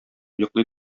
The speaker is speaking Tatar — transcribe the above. йоклый